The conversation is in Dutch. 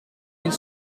een